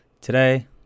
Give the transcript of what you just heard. Today